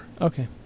Okay